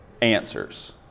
answers